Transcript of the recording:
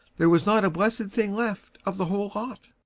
there was not a blessed thing left of the whole lot.